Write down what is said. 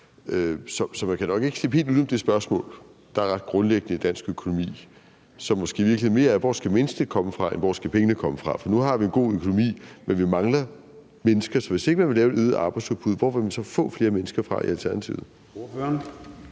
Så man kan nok ikke slippe helt uden om det spørgsmål, der er ret grundlæggende i dansk økonomi, og som måske mere er, hvor menneskene skal komme fra, end hvor pengene skal komme fra. Nu har vi en god økonomi, men vi mangler mennesker. Så hvis ikke man vil lave et øget arbejdsudbud, hvor vil man så få flere mennesker fra i Alternativet?